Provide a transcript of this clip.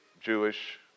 Jewish